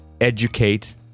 educate